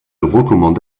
recommande